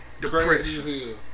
depression